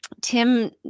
Tim